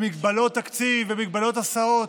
במגבלות תקציב, במגבלות הסעות,